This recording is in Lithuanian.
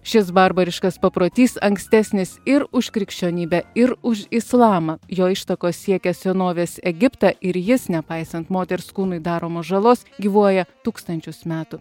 šis barbariškas paprotys ankstesnis ir už krikščionybę ir už islamą jo ištakos siekia senovės egiptą ir jis nepaisant moters kūnui daromos žalos gyvuoja tūkstančius metų